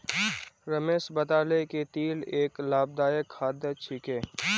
रमेश बताले कि तिल एक लाभदायक खाद्य छिके